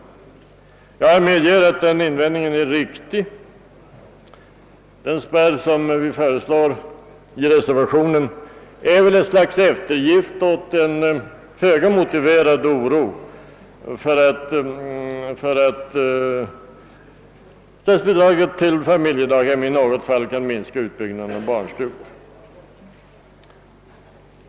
Jag medger att den invändningen är riktig. Den spärr som vi föreslår i reservationen kan sägas vara en eftergift åt en föga motiverad oro för att statsbidrag till familjedaghem i något fall kan minska utbyggnaden av barnstugor.